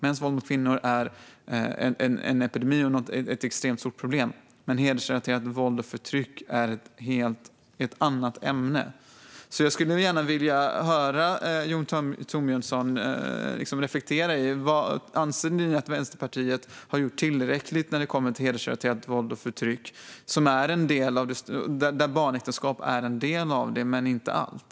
Mäns våld mot kvinnor är en epidemi och ett extremt stort problem, men hedersrelaterat våld och förtryck är ett helt annat ämne. Jag skulle gärna vilja höra Jon Thorbjörnson reflektera över om ni i Vänsterpartiet anser att ni har gjort tillräckligt när det gäller hedersrelaterat våld och förtryck, som barnäktenskap är en del av men inte allt.